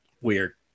Weird